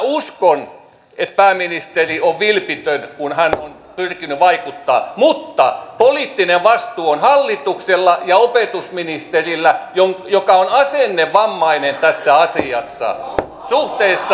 uskon että pääministeri on vilpitön kun hän on pyrkinyt vaikuttamaan mutta poliittinen vastuu on hallituksella ja opetusministerillä joka on asennevammainen tässä asiassa ei se